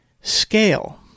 scale